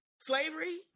slavery